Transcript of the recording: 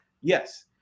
yes